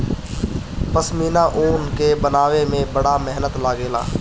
पश्मीना ऊन के बनावे में बड़ा मेहनत लागेला